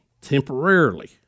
temporarily